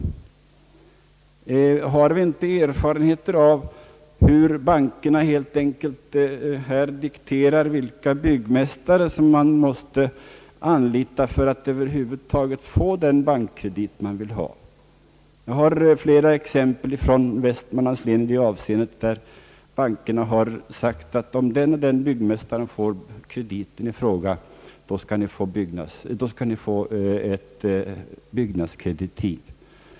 Har vi inte erfarenheter av hur bankerna helt enkelt dikterar vilka byggmästare man måste anlita för att över huvud taget få den bankkredit man vill ha? Jag har i det avseendet flera exempel varvid bankerna har sagt, att om den och den byggmästaren får krediten i fråga, då skall det ges ett byggnadskreditiv.